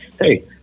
hey